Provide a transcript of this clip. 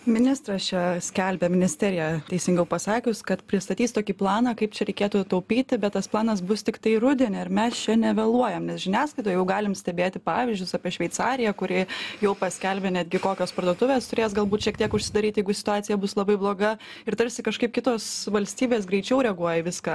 ministras čia skelbia ministerija teisingiau pasakius kad pristatys tokį planą kaip čia reikėtų taupyti bet tas planas bus tiktai rudenį ar mes čia nevėluojam nes žiniasklaidoj jau galim stebėti pavyzdžius apie šveicariją kuri jau paskelbė netgi kokios parduotuvės turės galbūt šiek tiek užsidaryti jeigu situacija bus labai bloga ir tarsi kažkaip kitos valstybės greičiau reaguoja į viską